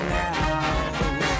now